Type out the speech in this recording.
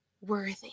worthy